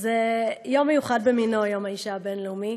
זה יום מיוחד במינו, יום האישה הבין-לאומי.